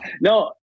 No